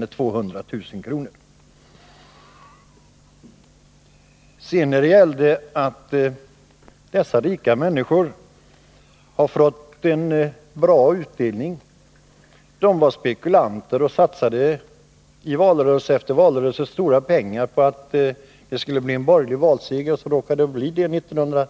De var 16 december 1980 spekulanter och satsade valrörelse efter valrörelse stora pengar på att det skulle bli en borgerlig valseger. Sedan råkade det med tanke